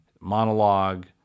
monologue